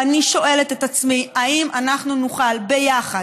ואני שואלת את עצמי אם אנחנו נוכל ביחד,